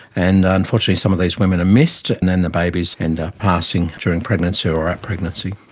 and unfortunately some of these women are missed and then the babies end up passing during pregnancy or at pregnancy.